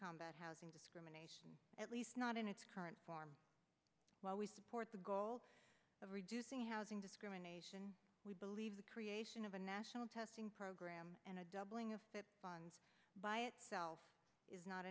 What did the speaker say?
combat housing discrimination at least not in its current form while we support the goal of reducing housing discrimination we believe the creation of a national testing program and a doubling of funds by itself is not